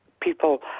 people